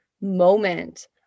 moment